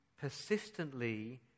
persistently